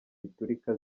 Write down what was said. biturika